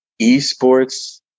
Esports